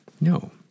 No